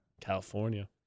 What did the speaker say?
California